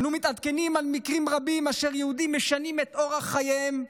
אנו מתעדכנים על מקרים רבים של יהודים שמשנים את אורח חייהם,